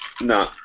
No